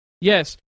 Yes